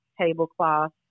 tablecloth